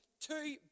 two